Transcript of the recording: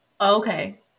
Okay